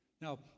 now